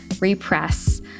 repress